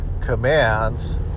commands